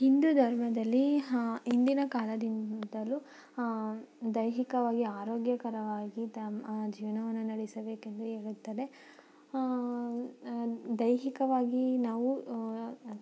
ಹಿಂದೂ ಧರ್ಮದಲ್ಲಿ ಹಾಂ ಹಿಂದಿನ ಕಾಲದಿಂದಲೂ ದೈಹಿಕವಾಗಿ ಆರೋಗ್ಯಕರವಾಗಿ ತಮ್ಮ ಜೀವನವನ್ನು ನಡೆಸಬೇಕೆಂದು ಹೇಳುತ್ತದೆ ದೈಹಿಕವಾಗಿ ನಾವು